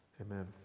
Amen